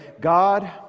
God